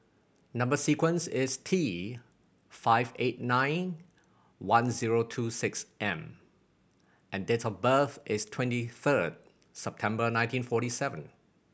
number sequence is T five eight nine one zero two six M and date of birth is twenty third September nineteen forty seven